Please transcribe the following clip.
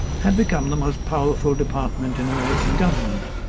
had become the most powerful department in american government.